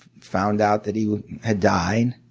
found out that he had died.